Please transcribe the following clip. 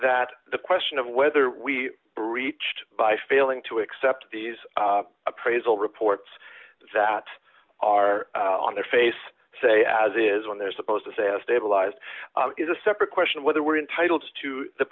that the question of whether we breached by failing to accept these appraisal reports that are on their face say as is when they're supposed to say i stabilized is a separate question of whether we're entitled to the